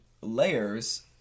layers